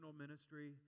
ministry